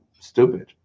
stupid